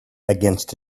against